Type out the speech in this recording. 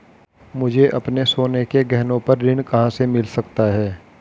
मुझे अपने सोने के गहनों पर ऋण कहां से मिल सकता है?